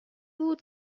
بود